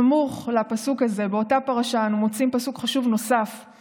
סמוך לפסוק הזה באותה פרשה אנו מוצאים פסוק חשוב נוסף,